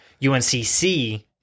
UNCC